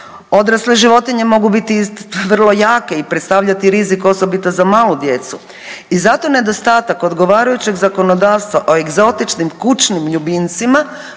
Odrasle životinje mogu biti vrlo jake i predstavljati rizik, osobito za malu djecu. I zato nedostatak odgovarajućeg zakonodavstva o egzotičnim kućnim ljubimcima